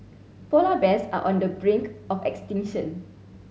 polar bears are on the brink of extinction